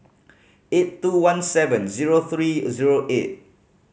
eight two one seven zero three zero eight